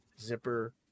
Zipper